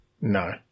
No